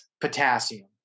potassium